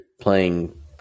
playing